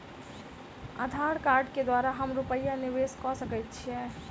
आधार कार्ड केँ द्वारा हम रूपया निवेश कऽ सकैत छीयै?